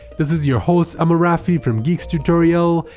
this is your host amal rafi from geeks tutorial.